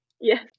Yes